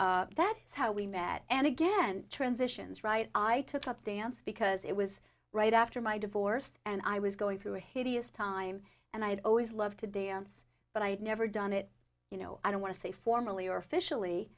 that's how we met and again transitions right i took up dance because it was right after my divorce and i was going through a hideous time and i had always loved to dance but i had never done it you know i don't want to say formally or officially